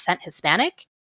Hispanic